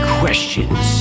questions